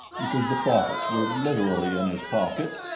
because the profits were literally in his pocket,